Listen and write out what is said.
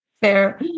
Fair